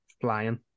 Flying